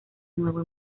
nuevo